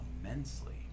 immensely